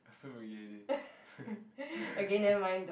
I also forget already